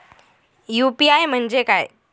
UPI म्हणजे काय?